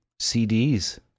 CDs